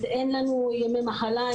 אין לנו ימי מחלה,